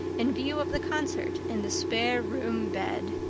in view of the concert and the spare-room bed.